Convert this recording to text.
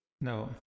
No